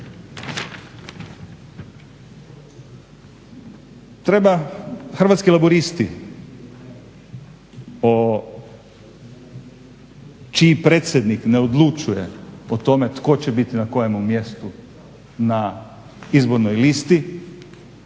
Hrvatski laburisti, čiji predsjednik ne odlučuje o tome tko će biti na kojem mjestu na izbornoj listi,